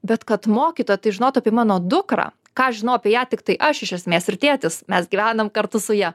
bet kad mokytoja tai žinotų apie mano dukrą ką aš žinau apie ją tiktai aš iš esmės ir tėtis mes gyvenam kartu su ja